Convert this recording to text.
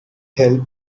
help